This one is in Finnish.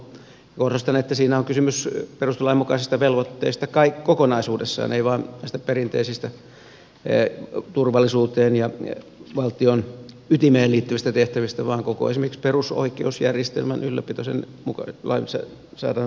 korostan että siinä on kysymys perustuslain mukaisista velvoitteista kai kokonaisuudessaan ei vain näistä perinteisistä turvallisuuteen ja valtion ytimeen liittyvistä tehtävistä vaan esimerkiksi koko perusoikeusjärjestelmän ylläpitämisen lainsäädännön mukaiset velvoitteet tulee pystyä turvaamaan